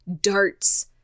darts